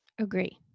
Agree